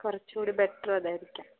കുറച്ചു കൂടി ബെറ്റെർ അതായിരിക്കും